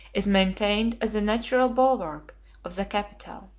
is maintained as the natural bulwark of the capital.